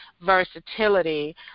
versatility